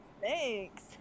thanks